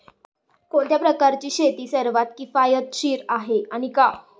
कोणत्या प्रकारची शेती सर्वात किफायतशीर आहे आणि का?